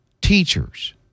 Teachers